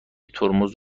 ترمز